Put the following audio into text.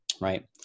Right